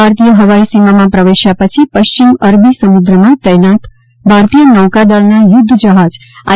ભારતીય હવાઈ સીમામાં પ્રવેશ્યા પછી પશ્ચિમ અરબી સમુદ્રમાં તૈનાત ભારતીય નૌકાદળના યુદ્ધ જહાજ આઇ